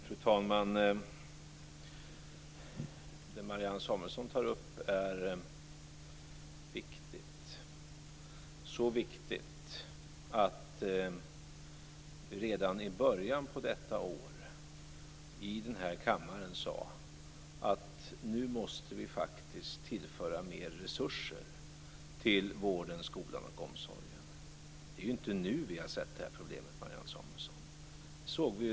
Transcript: Fru talman! Det som Marianne Samuelsson tar upp är viktigt - så viktigt att vi redan i början av detta år i den här kammaren sade att vi måste tillföra vården, skolan och omsorgen mer resurser. Det är inte först nu vi har sett det här problemet, Marianne Samuelsson.